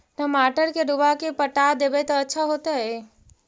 टमाटर के डुबा के पटा देबै त अच्छा होतई?